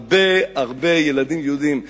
הרבה הרבה ילדים יהודים.